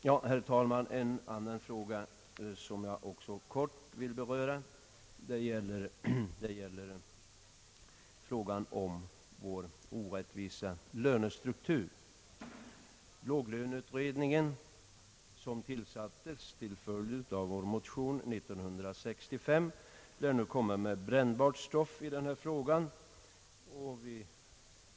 Ja, herr talman, en annan fråga som jag också kortfattat vill beröra gäller vår orättvisa lönestruktur. Låglöneutredningen, som tillsattes till följd av vår motion år 1965, lär nu komma med brännbart stoff i denna fråga.